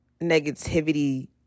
negativity